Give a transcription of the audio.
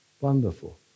Wonderful